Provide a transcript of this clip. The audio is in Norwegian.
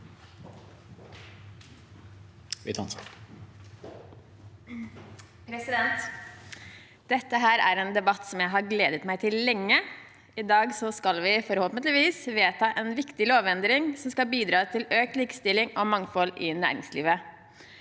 Dette er en debatt som jeg har gledet meg til lenge. I dag skal vi forhåpentligvis vedta en viktig lovendring som skal bidra til økt likestilling og mangfold i næringslivet.